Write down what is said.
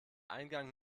eingang